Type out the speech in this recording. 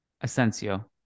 Asensio